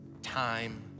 time